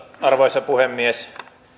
arvoisa puhemies